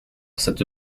cette